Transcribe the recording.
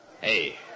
Hey